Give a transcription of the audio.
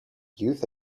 youth